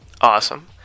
Awesome